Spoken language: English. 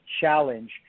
challenge